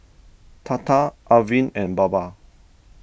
Tata Arvind and Baba